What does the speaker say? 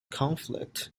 conflict